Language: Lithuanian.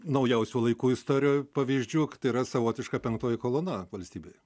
naujausių laikų istorijoj pavyzdžių k tai yra savotiška penktoji kolona valstybėj